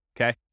Okay